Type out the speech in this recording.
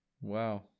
Wow